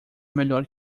melhor